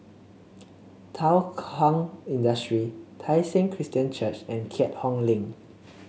Thow Kwang Industry Tai Seng Christian Church and Keat Hong Link